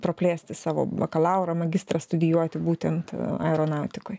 praplėsti savo bakalaurą magistrą studijuoti būtent aeronautikoj